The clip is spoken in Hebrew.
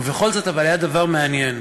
ובכל זאת, היה דבר מעניין,